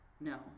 no